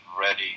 ready